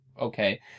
okay